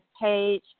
page